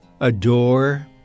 adore